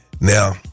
Now